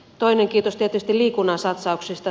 toinen kiitos tietysti liikuntaan satsauksista